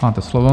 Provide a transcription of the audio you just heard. Máte slovo.